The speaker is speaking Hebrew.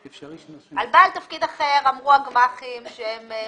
על בעל תפקיד אחר, אמרו הגמ"חים שהם מסכימים.